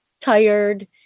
tired